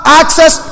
access